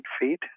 feet